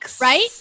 right